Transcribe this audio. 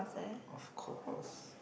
of course